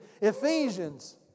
Ephesians